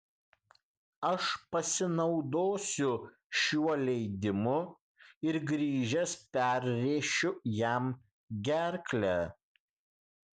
aš pasinaudosiu šiuo leidimu ir grįžęs perrėšiu jam gerklę